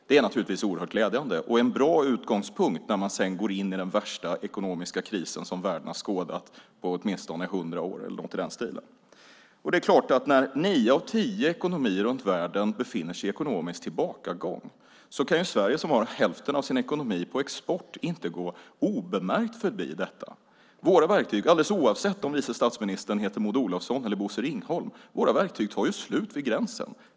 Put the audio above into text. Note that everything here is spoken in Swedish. Det är naturligtvis oerhört glädjande och en bra utgångspunkt när man sedan går in i den värsta ekonomiska kris som världen har skådat på åtminstone hundra år, eller något i den stilen. När nio av tio ekonomier i världen befinner sig i ekonomisk tillbakagång är det klart att det inte kan passera obemärkt i Sverige, som har hälften av sin ekonomi på export. Oavsett om vice statsministern heter Maud Olofsson eller Bosse Ringholm tar våra verktyg slut vid gränsen.